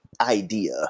idea